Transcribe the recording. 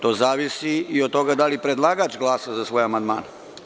To zavisi i od toga da li predlagač glasa za svoje amandmane.